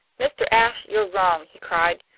mr. ashe, you're wrong, he cried.